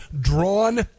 drawn